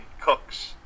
cooks